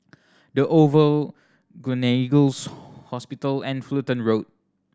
The Oval Gleneagles Hospital and Fullerton Road